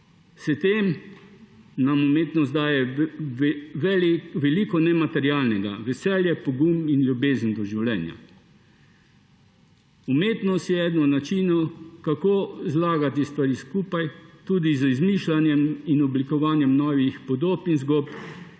S tem nam umetnost daje veliko nematerialnega: veselje, pogum in ljubezen do življenja. Umetnost je eden od načinov, kako zlagati stvari skupaj tudi z izmišljanjem in oblikovanjem novih podob in zgodb,